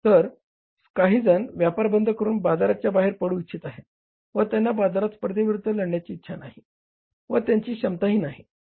तर काहीजण व्यापार बंद करून बाजाराच्या बाहेर पडू इच्छित आहेत व त्यांना बाजारात स्पर्धेविरुद्ध लढण्याची इच्छा नाही व त्यांची क्षमताही नाही